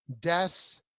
death